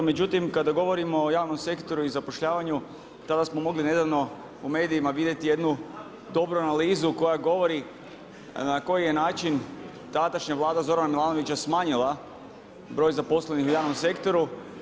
Međutim kada govorimo o javnom sektoru i zapošljavanju tada smo mogli nedavno u medijima vidjeti jednu dobru analizu koja govori na koji je način tadašnja Vlada Zorana Milanovića smanjila broj zaposlenih u javnom sektoru.